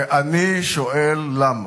ואני שואל למה.